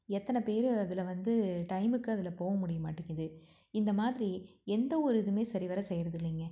எத்தனை பேர் அதில் வந்து டைமுக்கு அதில் போக முடிய மாட்டேங்குது இந்த மாதிரி எந்த ஒரு இதுவுமே சரிவர செய்கிறதில்லைங்க